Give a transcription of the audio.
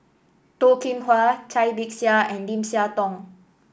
Toh Kim Hwa Cai Bixia and Lim Siah Tong